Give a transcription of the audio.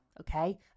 Okay